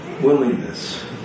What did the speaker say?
willingness